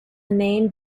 name